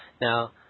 now